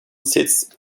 sits